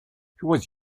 was